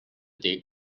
date